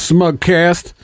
Smugcast